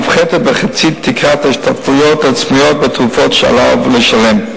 מופחתת בחצי תקרת ההשתתפויות העצמיות בתרופות שעליו לשלם.